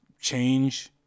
change